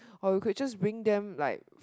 or we could just bring them like